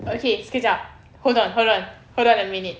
okay sekejap hold on hold on hold on a minute